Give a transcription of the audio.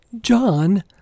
John